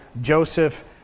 Joseph